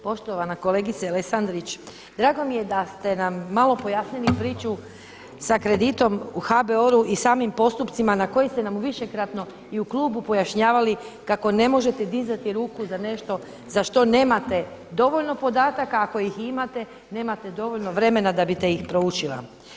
Poštovana kolegice Lesandrić, drago mi je da ste nam malo pojasnili priču sa kreditom u HBOR-u i samim postupcima na koji ste nam višekratno i u klubu pojašnjavali kako ne možete dizati ruku za nešto za što nemate dovoljno podataka, a ako ih i imate nemate dovoljno vremena da biste ih proučila.